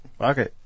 Okay